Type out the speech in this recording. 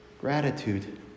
gratitude